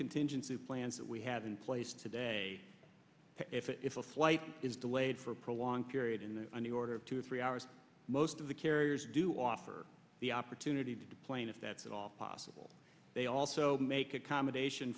contingency plans that we have in place today if a flight is delayed for a prolonged period in the on the order of two or three hours most of the carriers do offer the opportunity to deplane if that's at all possible they also make accommodations